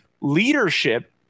Leadership